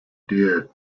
dear